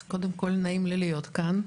אז קודם כל, נעים לי להיות כאן.